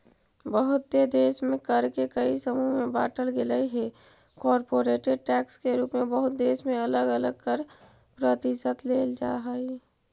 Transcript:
बहुते देश में कर के कई समूह में बांटल गेलइ हे कॉरपोरेट टैक्स के रूप में बहुत देश में अलग अलग कर प्रतिशत लेल जा हई